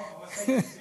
נכון, הוא עשה אתי סלפי.